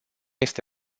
este